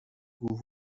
vous